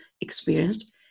experienced